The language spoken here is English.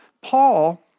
Paul